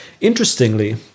Interestingly